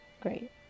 great